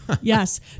Yes